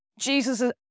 Jesus